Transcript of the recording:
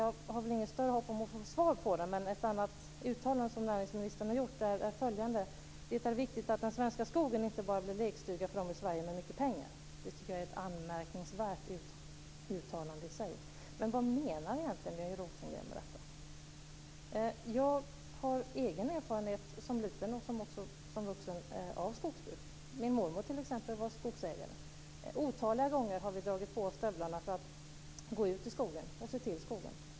Jag har väl inget större hopp om att få svar på den, men ändå. Ett annat uttalande som näringsministern har gjort är följande: Det är viktigt att den svenska skogen inte bara blir lekstuga för dem i Sverige med mycket pengar. Det tycker jag är ett anmärkningsvärt uttalande i sig, men vad menar egentligen Björn Rosengren med detta? Jag har egen erfarenhet, som liten och också som vuxen, av skogsbruk. Min mormor t.ex. var skogsägare. Otaliga gånger har vi dragit på oss stövlarna för att gå ut i skogen och se till den.